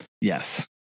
yes